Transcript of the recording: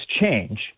change